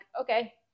okay